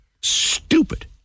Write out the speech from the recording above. stupid